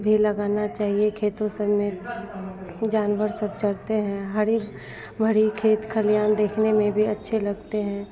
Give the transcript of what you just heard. भी लगाना चाहिए खेतों संग में जानवर सब चरते हैं हरी भरी खेत खलिहान देखने में भी अच्छे लगते हैं